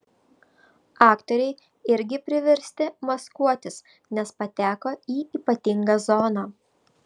aktoriai irgi priversti maskuotis nes pateko į ypatingą zoną